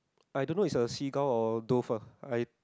I don't know is a seagull or dove ah I